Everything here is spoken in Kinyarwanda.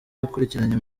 yakurikiranye